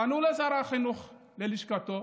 פנו לשר החינוך, ללשכתו.